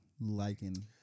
Liking